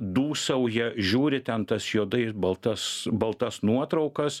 dūsauja žiūri ten tas juodai baltas baltas nuotraukas